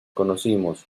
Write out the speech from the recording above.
conocimos